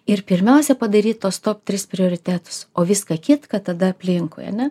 ir pirmiausia padaryt tuos top tris prioritetus o viską kitką tada aplinkui ane